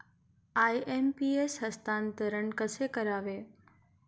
IMPS हस्तांतरण कसे करावे?